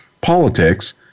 politics